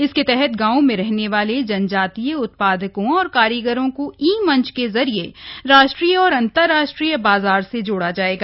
इसके तहत गांवों में रहने वाले जनजातीय उत्पादकों और कारीगरों को ई मंच के जरिए राष्ट्रीय और अंतराष्ट्रीय बाजार से जोड़ा जाएगा